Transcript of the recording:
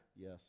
yes